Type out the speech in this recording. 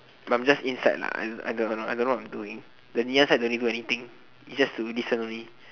but I'm just inside lah I I don't know I don't know what I'm doing the Ngee-Ann side don't need do anything it's just to listen only